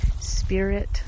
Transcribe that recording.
Spirit